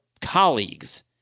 colleagues